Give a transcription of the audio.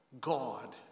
God